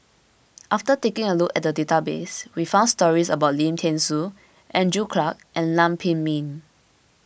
after taking a look at the database we found stories about Lim thean Soo Andrew Clarke and Lam Pin Min